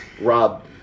Rob